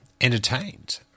entertained